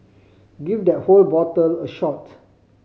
give that whole bottle a shot